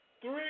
Three